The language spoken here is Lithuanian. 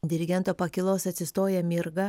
dirigento pakylos atsistoja mirga